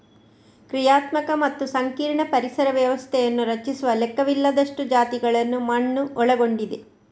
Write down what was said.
ಕ್ರಿಯಾತ್ಮಕ ಮತ್ತು ಸಂಕೀರ್ಣ ಪರಿಸರ ವ್ಯವಸ್ಥೆಯನ್ನು ರಚಿಸುವ ಲೆಕ್ಕವಿಲ್ಲದಷ್ಟು ಜಾತಿಗಳನ್ನು ಮಣ್ಣು ಒಳಗೊಂಡಿದೆ